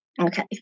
Okay